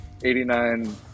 89